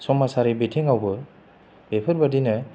समाजारि बिथिङावबो बेफोरबादिनो